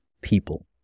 people